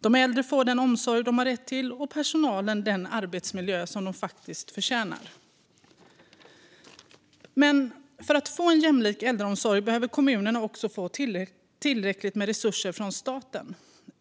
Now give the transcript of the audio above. De äldre får den omsorg de har rätt till, och personalen får den arbetsmiljö som de förtjänar att ha. Men för att vi ska få en jämlik äldreomsorg behöver kommunerna få tillräckligt med resurser från staten.